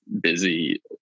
busy